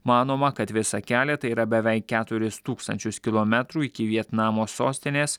manoma kad visą kelią tai yra beveik keturis tūkstančius kilometrų iki vietnamo sostinės